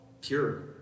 pure